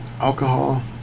alcohol